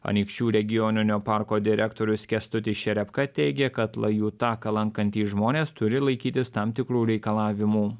anykščių regioninio parko direktorius kęstutis šerepka teigė kad lajų taką lankantys žmonės turi laikytis tam tikrų reikalavimų